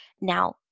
Now